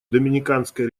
доминиканской